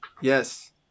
Yes